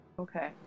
Okay